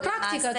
בפרקטיקה,